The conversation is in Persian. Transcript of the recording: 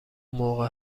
موقع